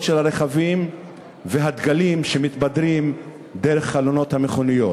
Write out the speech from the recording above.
של הרכבים והדגלים שמתבדרים דרך חלונות המכוניות.